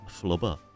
Flubber